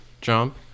jump